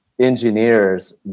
engineers